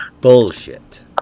bullshit